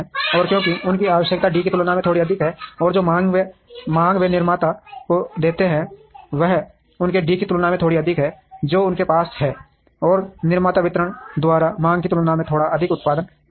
और क्योंकि उनकी आवश्यकता डी की तुलना में थोड़ी अधिक है और जो मांग वे निर्माता को देते हैं वह उनके डी की तुलना में थोड़ी अधिक है जो उनके पास है और निर्माता वितरक द्वारा मांग की तुलना में थोड़ा अधिक उत्पादन करते हैं